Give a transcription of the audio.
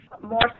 more